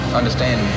understand